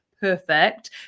perfect